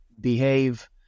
behave